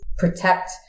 protect